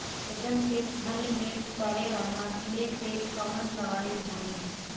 बैगन के फल में पड़े वाला कियेपे कवन दवाई होई?